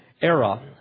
era